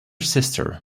sister